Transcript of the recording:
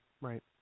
Right